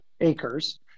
acres